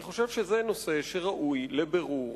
אני חושב שזה נושא שראוי לבירור